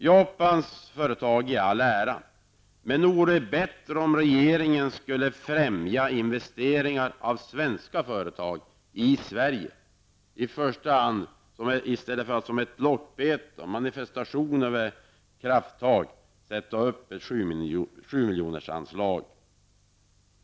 Japan i all ära, men nog vore det bättre om regeringen i första hand främjade svenska företags investeringar i Sverige i stället för att som ett lockbete och som en manifestation av krafttag anslå Japan.